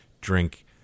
drink